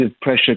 pressure